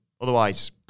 Otherwise